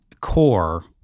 core